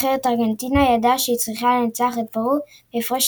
נבחרת ארגנטינה ידעה שהיא צריכה לנצח את פרו בהפרש